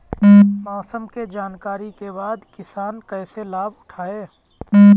मौसम के जानकरी के बाद किसान कैसे लाभ उठाएं?